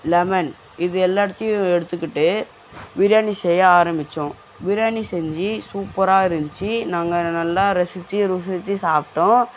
lemon இது எல்லாத்தையும் எடுத்துக்கிட்டு பிரியாணி செய்ய ஆரம்பித்தோம் பிரியாணி செஞ்சு சூப்பராக இருந்துச்சு நாங்கள் நல்லா ரசிச்சு ருசிச்சு சாப்பிட்டோம்